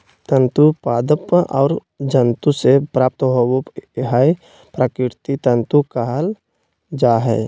तंतु पादप और जंतु से प्राप्त होबो हइ प्राकृतिक तंतु कहल जा हइ